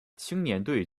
青年队